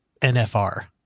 NFR